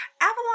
Avalon